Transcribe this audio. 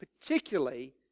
Particularly